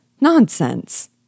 Nonsense